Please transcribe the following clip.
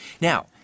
Now